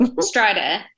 Strider